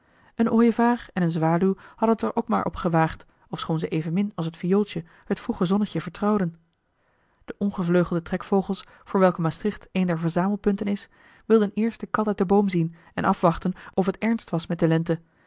een ooievaar en eene zwaluw hadden het er ook maar op gewaagd ofschoon ze evenmin als het viooltje het vroege zonnetje vertrouwden de ongevleugelde trekvogels voor welke maastricht een der verzamelpunten is wilden eerst de kat uit den boom zien en afwachten of het ernst was met de lente